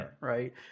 right